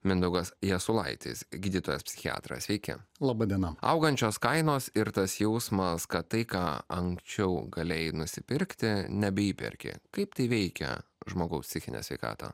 mindaugas jasulaitis gydytojas psichiatras sveiki laba diena augančios kainos ir tas jausmas kad tai ką anksčiau galėjai nusipirkti neįperki kaip tai veikia žmogaus psichinę sveikatą